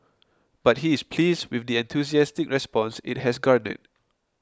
but he is pleased with the enthusiastic response it has garnered